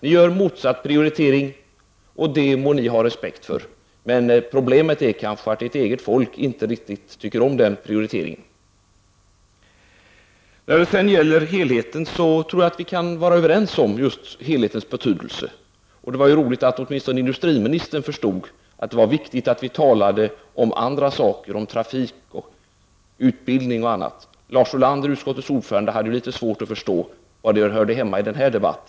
Ni gör motsatt prioritering, och det må vi ha respekt för. Problemet är kanske att ert eget folk inte riktigt tycker om den prioriteringen. Jag tror att vi kan vara överens om helhetens betydelse. Det var roligt att åtminstone industriministern förstod att det är viktigt att vi även talar om andra frågor — trafik, utbildning m.m. Lars Ulander, utskottets ordförande, hade litet svårt att förstå var dessa frågor hörde hemma i denna debatt.